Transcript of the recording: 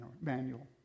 manual